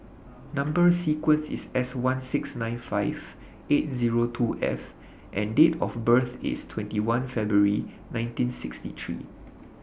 Number sequence IS S one six nine five eight Zero two F and Date of birth IS twenty one February nineteen sixty three